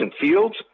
Fields